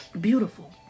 beautiful